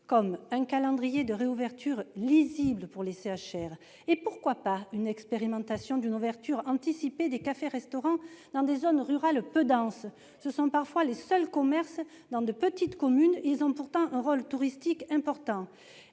faut un calendrier de réouverture lisible pour les CHR, et pourquoi pas l'expérimentation d'une ouverture anticipée des cafés-restaurants dans des zones rurales peu denses. Ce sont parfois les seuls commerces dans les petites communes ; leur rôle touristique n'en